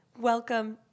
Welcome